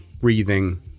breathing